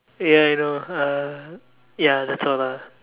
ya I know uh ya that's all lah